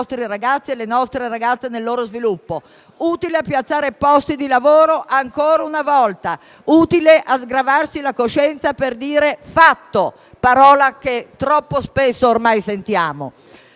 ragazzi e le nostre ragazze nel loro sviluppo. Utile a piazzare posti di lavoro». Ancora una volta, utile a sgravarsi la coscienza per dire «Fatto», parola che troppo spesso ormai sentiamo.